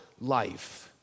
life